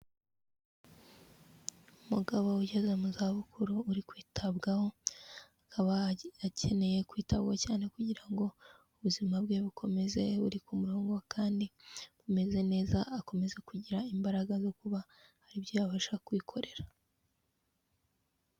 Uumugabo ugeze mu za bukuru uri kwitabwaho akaba akeneye kwitabwaho cyane kugira ngo ubuzima bwe bukomeze buri ku murongo kandi bumeze neza akomeze kugira imbaraga zo kuba haribyo yabasha kwikorera.